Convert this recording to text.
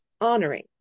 honoring